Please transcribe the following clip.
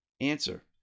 Answer